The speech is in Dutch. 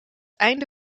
einde